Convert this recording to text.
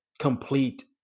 complete